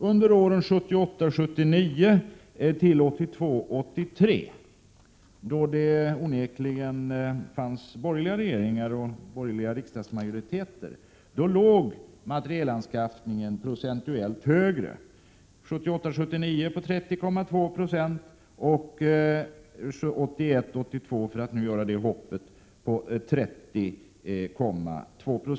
Under åren 1978-1979 till 1982-1983, då det onekligen fanns borgerliga regeringar och borgerlig riksdagsmajoritet, låg materielanskaffningsanslagen procentuellt högre. 1978 82 — för att göra det hoppet — på 30,2 Io.